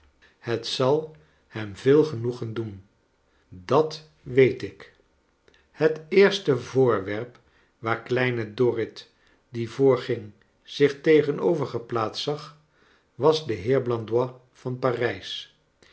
het zal hem veel genoegen doen dat weet ik het eerste voorwerp waar kleine dorrit die voorging zich tegenover geplaatst zag was de heer blandois van parijs